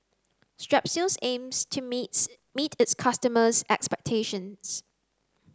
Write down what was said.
strepsils aims to meets meet its customers' expectations